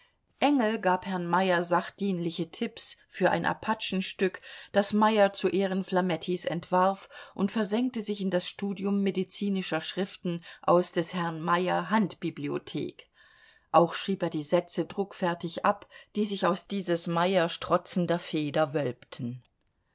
engel gab herrn meyer sachdienliche ticks für ein apachenstück das meyer zu ehren flamettis entwarf und versenkte sich in das studium medizinischer schriften aus des herrn meyer handbibliothek auch schrieb er die sätze druckfertig ab die sich aus dieses meyer strotzender feder wölbten